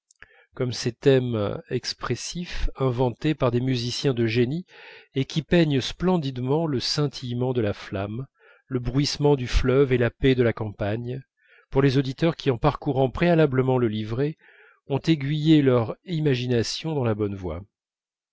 comme ces thèmes expressifs inventés par des musiciens de génie et qui peignent splendidement le scintillement de la flamme le bruissement du fleuve et la paix de la campagne pour les auditeurs qui en parcourant préalablement le livret ont aiguillé leur imagination dans la bonne voie